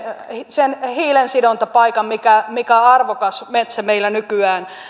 sen hiilensidontapaikan mikä mikä arvokas metsä meillä nykyään